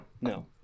no